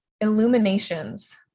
illuminations